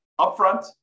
upfront